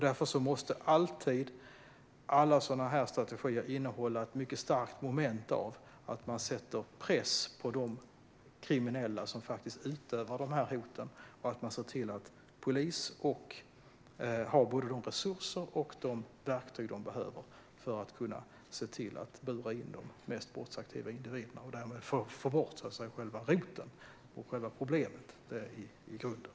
Därför måste alla sådana här strategier alltid innehålla ett mycket starkt moment av att man sätter press på de kriminella som utövar hot och att man ser till att polisen har både de resurser och de verktyg man behöver för att kunna bura in de mest brottsaktiva individerna och därmed få bort själva roten, själva problemet i grunden.